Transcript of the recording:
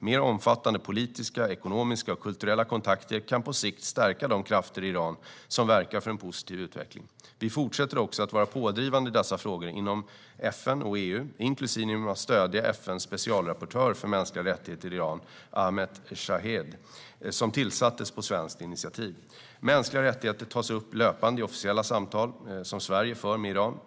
Mer omfattande politiska, ekonomiska och kulturella kontakter kan på sikt stärka de krafter i Iran som verkar för en positiv utveckling. Vi fortsätter också att vara pådrivande i dessa frågor inom FN och EU, inklusive genom att stödja FN:s specialrapportör för mänskliga rättigheter i Iran, Ahmed Shaheed, som tillsattes på svenskt initiativ. Mänskliga rättigheter tas upp löpande i officiella samtal som Sverige för med Iran.